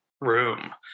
room